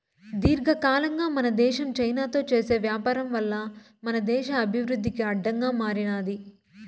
దీర్ఘకాలంగా మన దేశం చైనాతో చేసే వ్యాపారం వల్ల మన దేశ అభివృద్ధికి అడ్డంగా మారినాది